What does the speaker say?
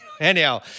Anyhow